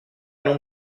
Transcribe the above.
non